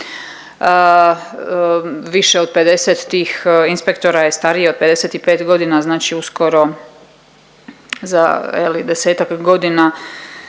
više od 50 tih inspektora je starije od 55 godina, znači uskoro za, je li, 10-ak godina